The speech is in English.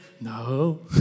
No